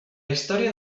història